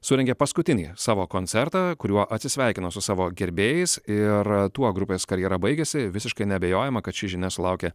surengė paskutinį savo koncertą kuriuo atsisveikino su savo gerbėjais ir tuo grupės karjera baigėsi visiškai neabejojama kad ši žinia sulaukė